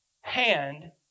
Hand